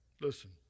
Listen